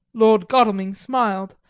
lord godalming smiled,